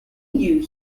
you